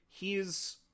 hes